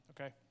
Okay